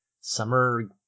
summer